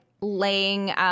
laying